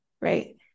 right